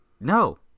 No